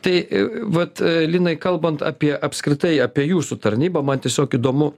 tai vat linai kalbant apie apskritai apie jūsų tarnybą man tiesiog įdomu